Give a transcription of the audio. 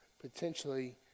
potentially